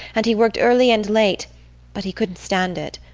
and he worked early and late but he couldn't stand it,